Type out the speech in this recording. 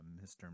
Mr